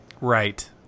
right